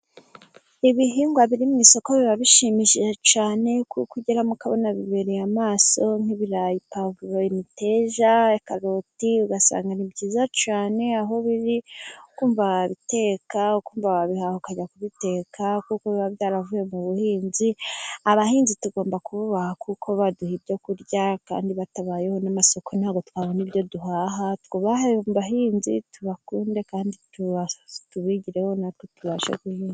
Ibihingwa biri mu isoko biba bishimishije cyane, kuko ugerayo ukabona bibereye amaso nk'ibirayi, pwavuro, imiteja ,karoti ugasanga ni byiza cyane, aho biri ukumva wabiteka, wabihaha ukajya kubiteka kuko biba byaravuye mu buhinzi, abahinzi tugomba kububaha kuko baduha ibyo kurya kandi batabayeho n'amasoko ntabwo twayabona, bahinzi tubakunde kandi tubigireho natwe tubashe guhinga.